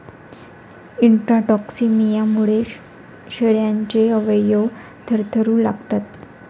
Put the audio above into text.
इंट्राटॉक्सिमियामुळे शेळ्यांचे अवयव थरथरू लागतात